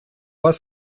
bat